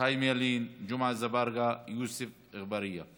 חיים ילין, ג'מעה אזברגה, יוסף ג'בארין.